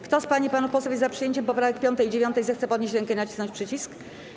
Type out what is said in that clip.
Kto z pań i panów posłów jest za przyjęciem poprawek 5. i 9., zechce podnieść rękę i nacisnąć przycisk.